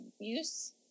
use